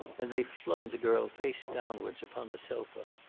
and they flung the girl face downwards upon the sofa.